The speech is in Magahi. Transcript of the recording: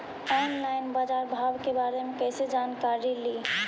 ऑनलाइन बाजार भाव के बारे मे कैसे जानकारी ली?